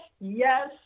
Yes